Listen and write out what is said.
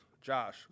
Josh